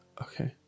okay